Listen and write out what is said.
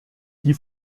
die